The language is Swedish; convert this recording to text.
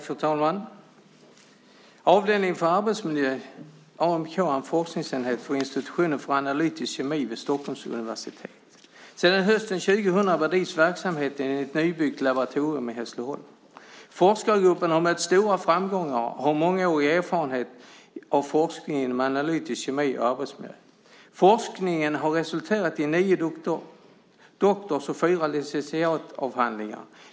Fru talman! Avdelningen för arbetsmiljö, AMK, är en forskningsenhet på institutionen för analytisk kemi vid Stockholms universitet. Sedan hösten 2000 bedrivs verksamhet i ett nybyggt laboratorium i Hässleholm. Forskargruppen har mött stora framgångar och har mångårig erfarenhet av forskning inom analytisk kemi och arbetsmiljö. Forskningen har resulterat i nio doktors och fyra licentiatavhandlingar.